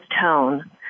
tone